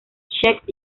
check